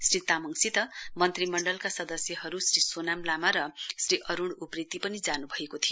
श्री तामङसित मन्त्रीमण्डलका सदस्यहरू श्री सोनाम लामा र श्री अरूण उप्रेती पनि जान्भएको थियो